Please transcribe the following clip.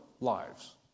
lives